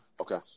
Okay